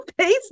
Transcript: Facebook